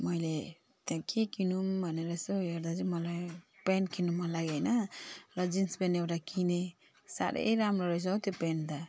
मैले त्यहाँ के किनौँ भनेर यसो हेर्दा चाहिँ मलाई प्यान्ट किन्नु मन लाग्यो होइन र जिन्स प्यान्ट एउटा किनेँ साह्रै राम्रो रहेछ हो त्यो प्यान्ट त